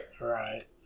right